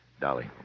Dolly